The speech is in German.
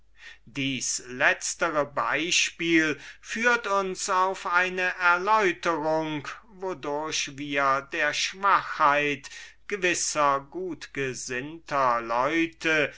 dieses letztere beispiel führt uns auf eine erläuterung wodurch wir der schwachheit gewisser gutgesinnter leute